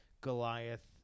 Goliath